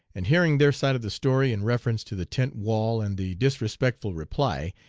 and hearing their side of the story in reference to the tent wall and the disrespectful reply,